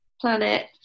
planet